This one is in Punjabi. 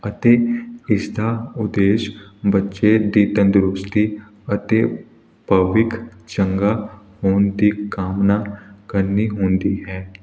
ਅਤੇ ਇਸ ਦਾ ਉਦੇਸ਼ ਬੱਚੇ ਦੀ ਤੰਦਰੁਸਤੀ ਅਤੇ ਭਵਿੱਖ ਚੰਗਾ ਹੋਣ ਦੀ ਕਾਮਨਾ ਕਰਨੀ ਹੁੰਦੀ ਹੈ